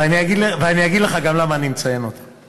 ואני אגיד לך גם למה אני מציין אותה, כי